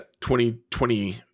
2020